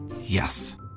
Yes